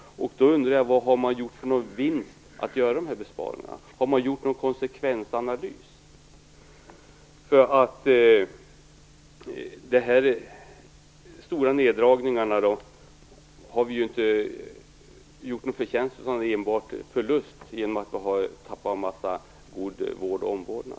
Jag undrar vad man har gjort för vinst genom att göra de här besparingarna. Har man gjort någon konsekvensanalys? De stora neddragningarna har inte lett till någon förtjänst. De har enbart lett till en förlust genom att vi har tappat god vård och omvårdnad.